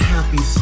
Happy